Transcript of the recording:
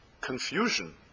confusion